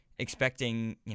Expecting